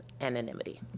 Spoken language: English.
anonymity